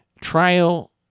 Trial